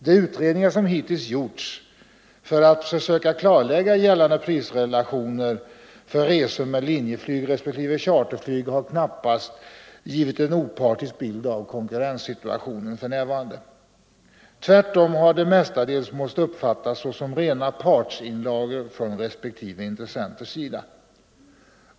De utredningar som hittills gjorts för att försöka klarlägga gällande prisrelationer för resor med linjeflyg respektive charterflyg har knappast givit en opartisk bild av konkurrenssituationen för närvarande. Tvärtom har de mestadels måst uppfattas såsom rena partsinlagor från respektive intressenters sida.